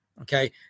Okay